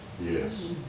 Yes